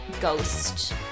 ghost